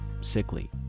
sickly